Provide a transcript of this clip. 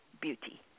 beauty